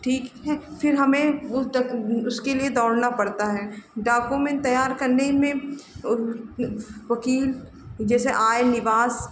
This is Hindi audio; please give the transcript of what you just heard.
ठीक है फिर हमें उस तक उसके लिए दौड़ना पड़ता है डॉक्यूमेन्ट तैयार करने में वकील जैसे आय निवास